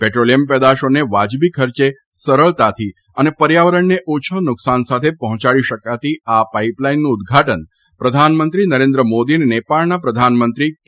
petroleum પેદાશોને વાજબી ખર્ચે સરળતાથી તેમજ પર્યાવરણને ઓછા નુકસાન સાથે પહોંચાડી શકાતી આ પાઇપલાઇનનું ઉદ્ઘાટન પ્રધાનમંત્રી નરેન્દ્ર મોદી અને નેપાળના પ્રધઆનમંત્રી કે